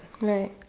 Right